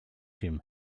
him